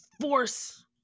force